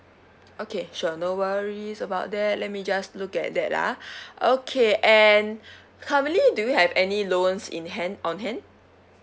okay sure no worries about that let me just look at that ah okay and currently do you have any loans in hand on hand